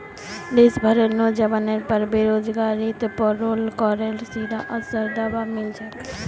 देश भरेर नोजवानेर पर बेरोजगारीत पेरोल करेर सीधा असर दख्वा मिल छेक